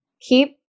keep